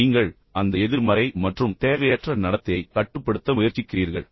பின்னர் நீங்கள் அந்த எதிர்மறை மற்றும் தேவையற்ற நடத்தையை கட்டுப்படுத்த முயற்சிக்கிறீர்கள்